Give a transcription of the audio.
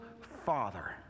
father